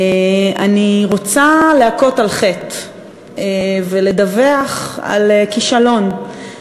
אני רוצה להכות על חטא ולדווח על כישלון,